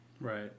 Right